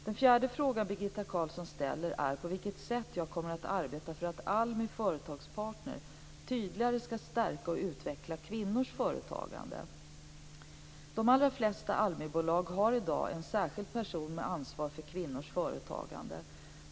Den fjärde frågan Birgitta Carlsson ställer är på vilket sätt jag kommer att arbeta för att ALMI Företagspartner tydligare skall stärka och utveckla kvinnors företagande. De flesta ALMI-bolag har i dag en särskild person med ansvar för kvinnors företagande.